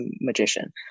magician